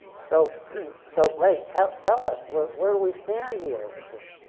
so so blake, tell tell us, where where do we stand here with this?